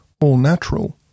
all-natural